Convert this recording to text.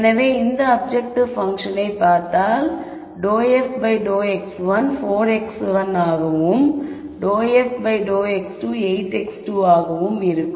எனவே இந்த அப்ஜெக்டிவ் பங்க்ஷனை பார்த்தால் f ∂x1 வெறுமனே 4 x1 ஆகவும் ∂f ∂x2 8 x2 ஆகவும் இருக்கும்